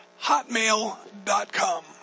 hotmail.com